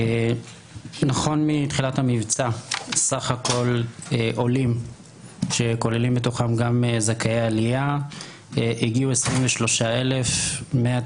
מתחילת המבצע סך הכול עולים שכוללים בתוכם גם זכאי עלייה הגיעו 23,193,